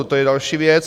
To je další věc.